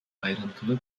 ayrıntılı